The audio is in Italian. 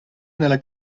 nella